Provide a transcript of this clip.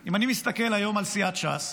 אם אני מסתכל היום על סיעת ש"ס,